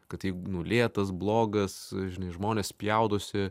kad tai nu lėtas blogas žinai žmonės spjaudosi